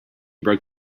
broke